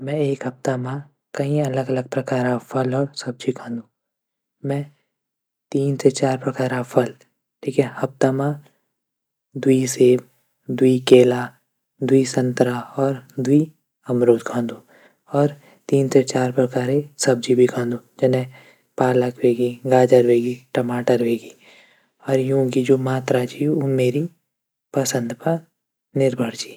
मै एक हप्ता मा कई अलग अलग प्रकारा फल और सब्जी खांदू। मै तीन से चार प्रकार फल हप्ता मा दुई सेव केला दुई संतरा अर दुवि अमरूद खांदू अर तीन से चार प्रकारा सब्जी भी खांदू। जनैई पालक ह्वगे गाजर ह्वगे टमाटरों ह्वगे अर यूक जू मात्रा च ऊ मेरी पसंद पर निर्भर च